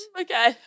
okay